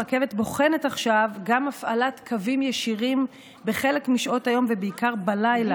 הרכבת בוחנת עכשיו גם הפעלת קווים ישירים בחלק משעות היום ובעיקר בלילה,